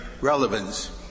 relevance